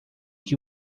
que